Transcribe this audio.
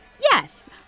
Yes